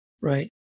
Right